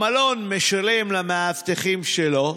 המלון משלם למאבטחים שלו,